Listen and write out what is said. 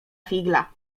figla